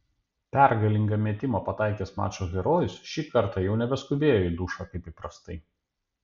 pergalingą metimą pataikęs mačo herojus šį kartą jau nebeskubėjo į dušą kaip įprastai